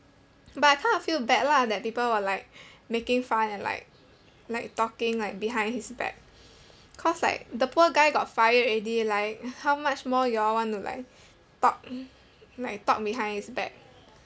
but I kind of feel bad lah that people were like making fun and like like talking like behind his back cause like the poor guy got fired already like how much more you all want to like talk mm like talk behind his back